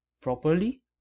properly